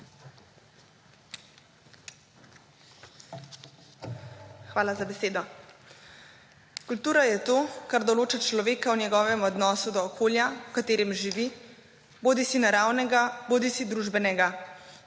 Hvala za besedo. Kultura je to, kar določa človeka v njegovem odnosu do okolja, katerem živi, bodisi naravnega bodisi družbenega.